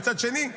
מצד שני,